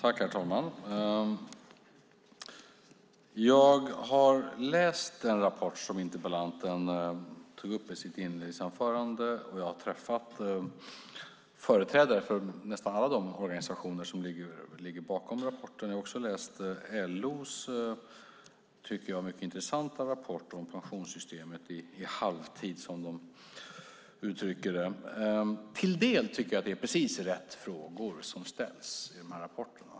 Herr talman! Jag har läst den rapport som interpellanten tog upp i sitt första inlägg, och jag har träffat företrädare för nästan alla de organisationer som står bakom rapporten. Jag har också läst LO:s som jag tycker mycket intressanta rapport om pensionssystemet i halvtid, som de uttrycker det. Till del tycker jag att det är precis rätt frågor som ställs i dessa rapporter.